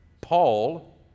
Paul